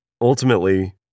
ultimately